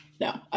no